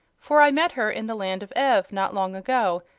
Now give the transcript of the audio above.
for i met her in the land of ev, not long ago,